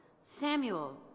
Samuel